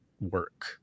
work